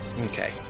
Okay